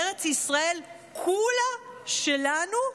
ארץ ישראל כולה שלנו?